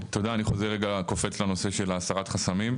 תודה, אני חוזר רגע, קופץ לנושא של הסרת החסמים.